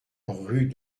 rue